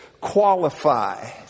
qualify